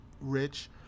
rich